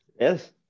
yes